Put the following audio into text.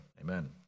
amen